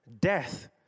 Death